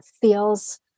Feels